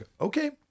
okay